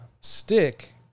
stick